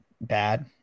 bad